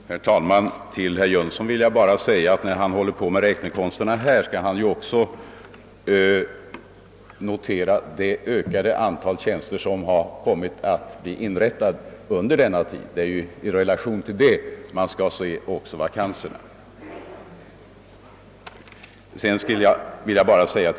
Herr talman! När herr Jönsson i Ingemarsgården håller på med sina räknekonster så bör han också ta i betraktande det ökade antal tjänster som inrättats under den tid han talar om. Det är ju i relation till det man skall se antalet vakanser.